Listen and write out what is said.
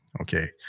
okay